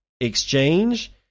exchange